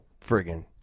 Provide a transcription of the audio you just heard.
friggin' –